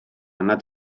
nad